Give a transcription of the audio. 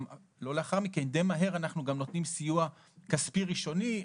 די מהר אנחנו נותנים גם סיוע כספי ראשוני,